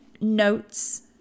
notes